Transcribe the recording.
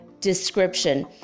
description